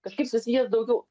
kažkaip susijęs daugiau